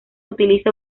utiliza